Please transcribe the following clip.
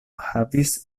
havis